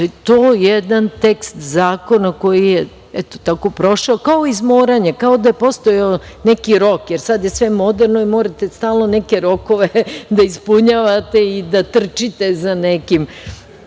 To je jedan tekst zakona koji je, eto tako prošao, kao iz moranja, kao da je postojao neki rok, jer sada je sve moderno i morate stalno neke rokove da ispunjavate i da trčite za nekim